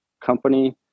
company